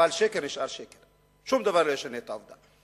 אבל שקר נשאר שקר, שום דבר לא ישנה את העובדה.